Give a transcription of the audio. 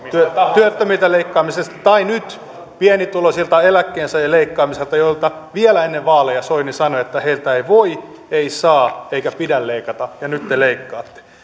työttömiltä leikkaamisesta tai nyt pienituloisilta eläkkeensaajilta leikkaamisesta josta vielä ennen vaaleja soini sanoi että heiltä ei voi ei saa eikä pidä leikata ja nyt te leikkaatte